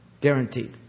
Guaranteed